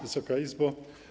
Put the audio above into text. Wysoka Izbo!